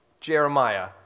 Jeremiah